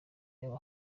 yaba